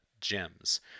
Gems